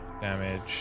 damage